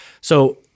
So-